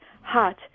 hot